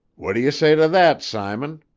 what d'y' say to that, simon?